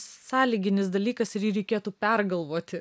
sąlyginis dalykas ir jį reikėtų pergalvoti